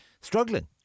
struggling